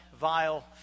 vile